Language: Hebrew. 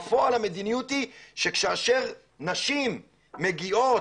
בפועל המדיניות היא שכאשר נשים מגיעות,